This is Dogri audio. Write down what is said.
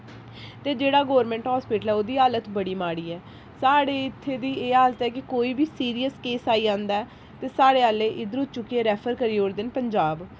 ते जेह्ड़ा गौरमेंट अस्पताल ऐ उ'दी हालत बड़ी माड़ी ऐ साढ़े इत्थै दी एह् हालत ऐ कि कोई बी सीरियस केस आई जंदा ऐ ते साढ़े आह्ले इद्धरों चुक्कियै रैफर करी ओड़दे न पंजाब